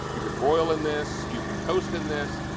you can broil in this. you can toast in this.